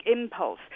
impulse